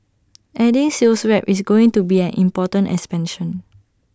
adding sales reps is going to be an important expansion